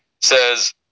says